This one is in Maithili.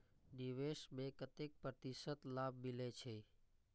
निवेश में केतना प्रतिशत लाभ मिले छै?